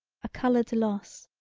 a colored loss,